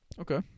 Okay